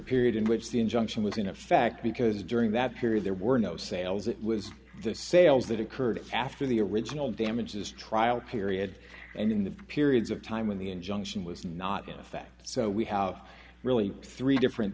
period in which the injunction was in effect because during that period there were no sales it was the sales that occurred after the original damages trial period and in the periods of time when the injunction was not in effect so we have really three different